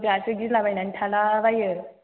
जोंहासो गिला बायनानै थालाबायो